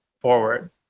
forward